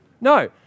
No